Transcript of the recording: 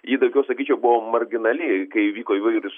ji daugiau sakyčiau buvo marginali kai vyko įvairūs